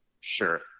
Sure